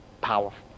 powerful